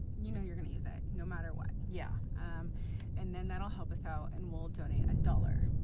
you know you're gonna use it, no matter what. yeah um and then that'll help us out and we'll donate a dollar.